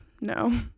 No